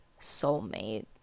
soulmate